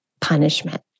punishment